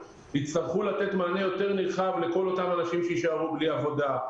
יצטרכו לתת מענה יותר נרחב לכל אותם אנשים שיישארו בלי עבודה,